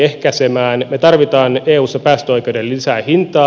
me tarvitsemme eussa päästöoikeudelle lisää hintaa